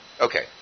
Okay